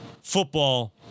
Football